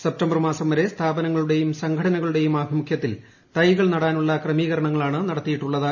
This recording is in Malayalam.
സെപ്റ്റംബർ മാസം വരെ സ്ഥാപനങ്ങളുടെയും സംഘടനകളുടെയും ആഭിമുഖ്യത്തിൽ തൈകൾ നടാനുള്ള ക്രമീകരണങ്ങളാണ് നടത്തിയിട്ടുള്ളത്